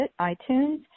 iTunes